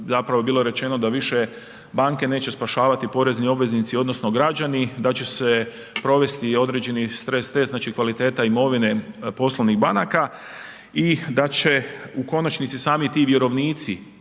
zapravo bilo je rečeno da više banke neće spašavati porezni obveznici odnosno građani, da će se provesti određeni stres test, znači kvaliteta imovine poslovnih banaka i da će u konačnici sami i ti vjerovnici